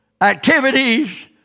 activities